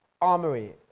armory